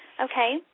Okay